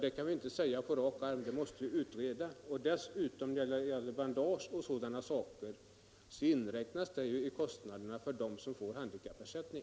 Det kan vi inte säga på rak arm, det måste utredas. Kostnaderna för bandage inräknas f.ö. i utgifterna när man skall ta ställning till frågan om att ge en person handikappersättning.